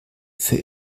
für